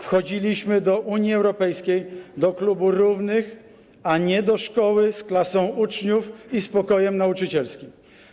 Wchodziliśmy do Unii Europejskiej do klubu równych, a nie do szkoły z klasą uczniów i z pokojem nauczycielskim.